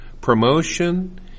promotion